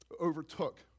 overtook